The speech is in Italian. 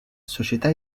società